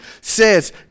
says